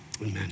amen